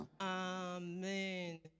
Amen